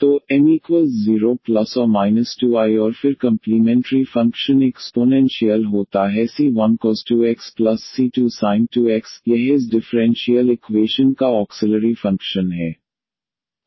तो m0±2i और फिर कंप्लीमेंट्री फंक्शन एक्सपोनेंशियल होता है c1cos 2xc2sin 2x यह इस डिफरेंशियल इक्वेशन का ऑक्सिलरी फंक्शन है